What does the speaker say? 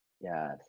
yes